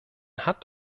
hat